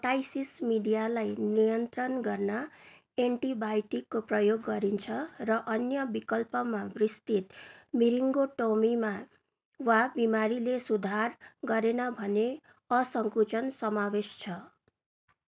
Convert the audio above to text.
ओटाइसिस मिडियालाई नियन्त्रण गर्न एन्टिबायोटिकको प्रयोग गरिन्छ र अन्य विकल्पमा विस्तृत मिरिङ्गोटोमी मा वा बिरामीले सुधार गरेन भने असङ्कुचन समावेश छ